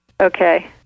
Okay